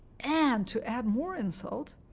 and, to add more insult,